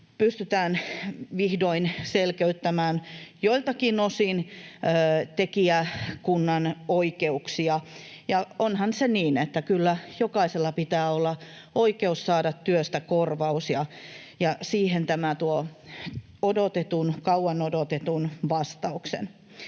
pystytään vihdoin selkeyttämään joiltakin osin tekijäkunnan oikeuksia. Onhan se niin, että kyllä jokaisella pitää olla oikeus saada työstä korvaus, ja siihen tämä tuo kauan odotetun vastauksen.